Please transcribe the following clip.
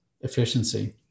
efficiency